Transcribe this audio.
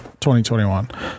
2021